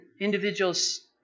individuals